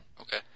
Okay